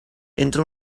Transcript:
entre